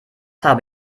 habe